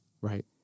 Right